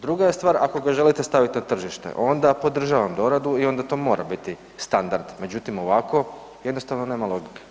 Druga je stvar ako ga želite staviti na tržište onda podržavam doradu i onda to mora biti standard, međutim ovako jednostavno nema logike.